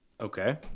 Okay